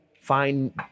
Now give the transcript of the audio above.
find